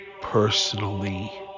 personally